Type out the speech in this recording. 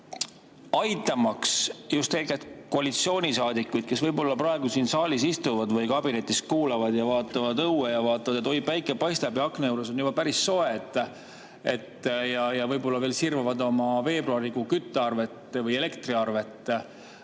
Aitamaks just koalitsioonisaadikuid, kes praegu siin saalis istuvad, kabinetis kuulavad ja õue vaatavad, et oi, päike paistab ja akna juures on juba päris soe, ja võib-olla veel sirvivad oma veebruarikuu küttearvet või elektriarvet,